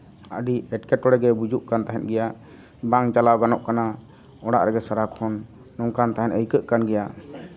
ᱟᱹᱰᱤ ᱮᱸᱴᱠᱮᱴᱚᱬᱮ ᱜᱮ ᱵᱩᱡᱩᱜ ᱠᱟᱱ ᱛᱟᱦᱮᱸᱫ ᱜᱮᱭᱟ ᱵᱟᱝ ᱪᱟᱞᱟᱣ ᱜᱟᱱᱚᱜ ᱠᱟᱱᱟ ᱚᱲᱟᱜ ᱨᱮᱜᱮ ᱥᱟᱨᱟᱠᱷᱚᱱ ᱚᱱᱠᱟᱱ ᱛᱟᱦᱮᱱ ᱟᱹᱭᱠᱟᱹᱜ ᱠᱟᱱ ᱜᱮᱭᱟ